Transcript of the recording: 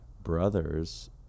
brothers